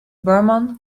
barman